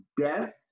death